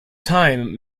time